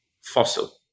fossil